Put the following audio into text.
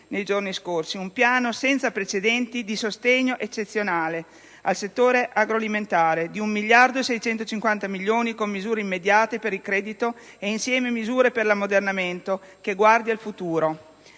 nei giorni scorsi: un piano senza precedenti di sostegno eccezionale al settore agroalimentare di 1.650 milioni di euro, con misure immediate per il credito e, insieme, misure per l'ammodernamento, un piano che guardi al futuro.